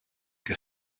και